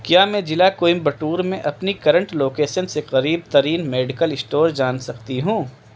کیا میں جلع کوئمبٹور میں اپنی کرنٹ لوکیسن سے قریب ترین میڈیکل اسٹور جان سکتی ہوں